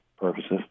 purposes